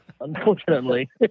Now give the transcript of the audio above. unfortunately